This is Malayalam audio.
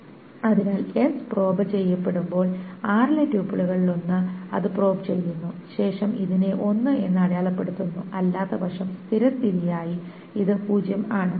അതിനാൽ അതിനാൽ s പ്രോബ് ചെയ്യപ്പെടുമ്പോൾ r ലെ ട്യൂപ്പിളുകളിലൊന്ന് അത് പ്രോബ് ചെയ്യുന്നു ശേഷം ഇതിനെ 1 എന്ന് അടയാളപ്പെടുത്തുന്നു അല്ലാത്തപക്ഷം സ്ഥിരസ്ഥിതിയായി ഇത് 0 ആണ്